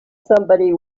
somebody